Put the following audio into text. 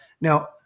Now